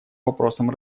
вопросам